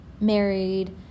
married